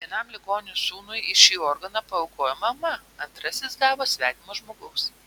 vienam ligoniui sūnui šį organą paaukojo mama antrasis gavo svetimo žmogaus